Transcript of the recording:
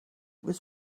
was